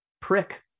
prick